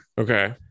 okay